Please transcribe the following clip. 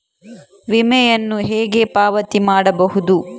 ವಿಮೆಯನ್ನು ಹೇಗೆ ಪಾವತಿ ಮಾಡಬಹುದು?